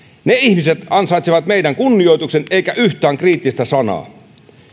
ne ihmiset ansaitsevat meidän kunnioituksemme eivätkä yhtään kriittistä sanaa